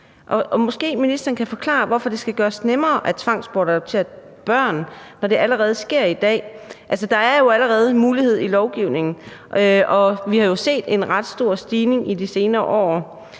Måske ministeren kan forklare, hvorfor det skal gøres nemmere at tvangsbortadoptere børn, når det allerede sker i dag. Der er jo allerede en mulighed i lovgivningen, og vi har set en ret stor stigning i de senere år.